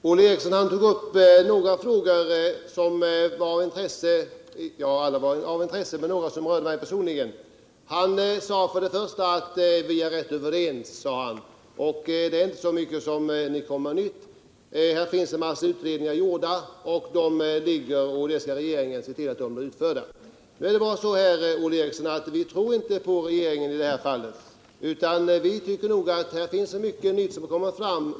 Herr talman! Olle Eriksson tog upp några frågor som rörde mig personligen. 83 Han sade först och främst att vi var överens; det var inte så mycket nytt vi hade att komma med. Det har gjorts en massa undersökningar, och regeringen skall se till att dess förslag genomförs. Nu är det så, Olle Eriksson, att vi inte tror på regeringen i detta fall. Vi tycker att det har kommit fram mycket nytt som bör belysas.